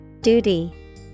Duty